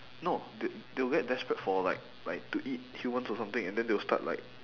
no th~ they'll get desperate for like like to eat humans or something and then they will start like